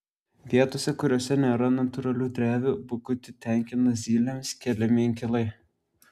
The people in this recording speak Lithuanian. vietose kuriose nėra natūralių drevių bukutį tenkina zylėms keliami inkilai